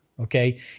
Okay